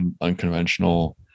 unconventional